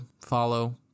follow